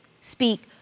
speak